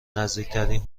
نزدیکترین